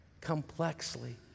complexly